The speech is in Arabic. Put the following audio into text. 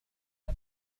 جبل